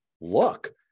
look